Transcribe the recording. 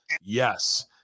Yes